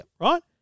Right